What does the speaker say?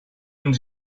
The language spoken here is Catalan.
ens